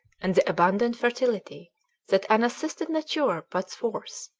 and the abundant fertility that unassisted nature puts forth,